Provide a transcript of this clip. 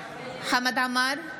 חמד עמאר,